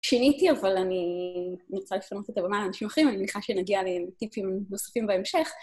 שיניתי, אבל אני רוצה לפנות את הבמה לאנשים אחרים, אני מניחה שנגיע לטיפים נוספים בהמשך.